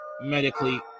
medically